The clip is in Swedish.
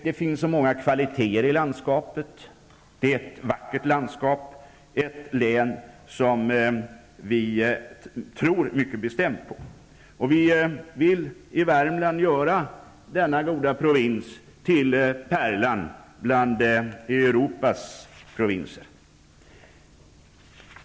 Det finns många kvaliteter i Värmland; det är ett vackert landskap, och det är ett län som vi tror mycket på. Vi vill göra denna goda provins till pärlan bland Europas provinser.